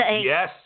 yes